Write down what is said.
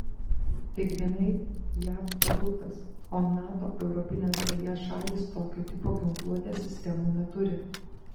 tai grynai jav produktas o nato europinės dalies šalys tokio tipo ginkluotės sistemų neturi